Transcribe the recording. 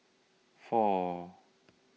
four